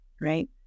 Right